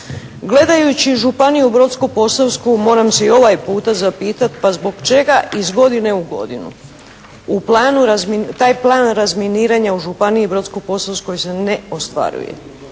Gledajući Županiju brodsko-posavsku moram se i ovaj puta zapitati pa zbog čega iz godine u godinu u planu, taj plan razminiranja u Županiji brodsko-posavskoj se ne ostvaruje.